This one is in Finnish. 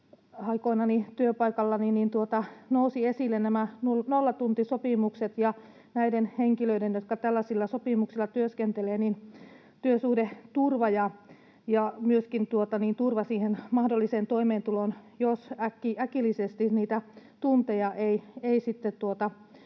aikoinani työpaikallani nousivat esille nämä nollatuntisopimukset ja näiden henkilöiden, jotka tällaisilla sopimuksilla työskentelevät, työsuhdeturva ja myöskin turva siihen mahdolliseen toimeentuloon, jos äkillisesti niitä tunteja ei